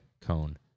cone